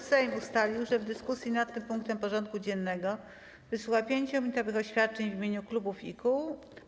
Sejm ustalił, że w dyskusji nad tym punktem porządku dziennego wysłucha 5-minutowych oświadczeń w imieniu klubów i kół.